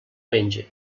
menge